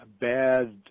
bad